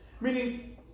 meaning